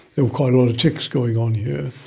there were quite a lot of ticks going on here.